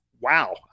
wow